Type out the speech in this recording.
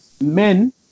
Men